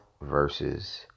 versus